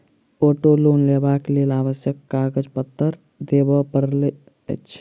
auto loan लेबाक लेल आवश्यक कागज पत्तर देबअ पड़ैत छै